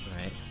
Right